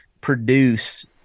produce